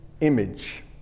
image